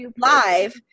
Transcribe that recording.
live